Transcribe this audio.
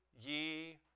ye